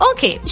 Okay